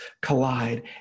collide